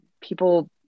people